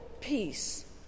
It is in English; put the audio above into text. peace